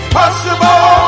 possible